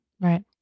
Right